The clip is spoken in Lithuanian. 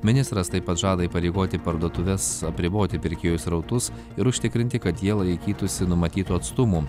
ministras taip pat žada įpareigoti parduotuves apriboti pirkėjų srautus ir užtikrinti kad jie laikytųsi numatytų atstumų